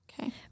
okay